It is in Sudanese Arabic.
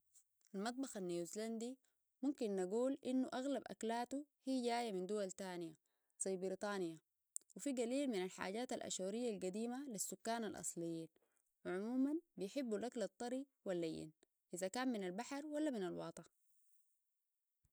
-المطبخ النيوزلندي ممكن نقول انه اغلب اكلاته هي جاية من دول تانيةزي بريطانيا وفيهو قليل من الحاجات الاشورية القديمة للسكان الاصليين وعموما بيحبوا الاكل الطري و اللين اذا كان من البحر ولا من الواطه